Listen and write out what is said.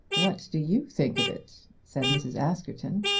what do you think of it? said mrs. askerton.